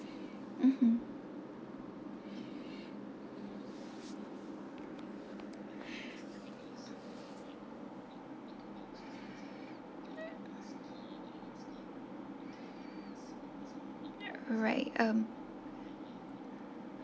mmhmm alright um